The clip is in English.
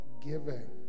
giving